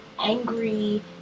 angry